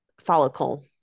follicle